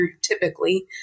typically